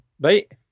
right